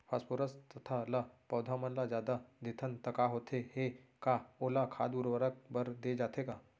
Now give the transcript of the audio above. Phosphorus तथा ल पौधा मन ल जादा देथन त का होथे हे, का ओला खाद उर्वरक बर दे जाथे का?